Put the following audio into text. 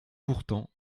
pourtant